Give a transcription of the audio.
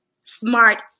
smart